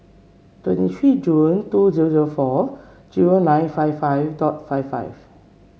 twenty three June two zero zero four zero nine five five dot five five